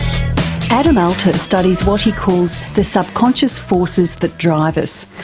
adam alter studies what he calls the subconscious forces that drive us,